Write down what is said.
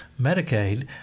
Medicaid